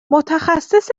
متخصص